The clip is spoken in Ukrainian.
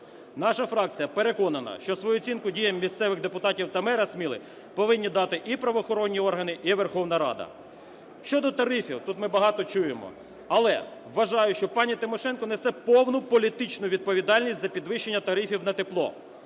Наша фракція переконана, що свою оцінку діям місцевих депутатів та мера Сміли повинні дати і правоохоронні органи, і Верховна Рада. Щодо тарифів. Тут ми багато чуємо, але вважаю, що пані Тимошенко несе повну політичну відповідальність за підвищення тарифів на тепло.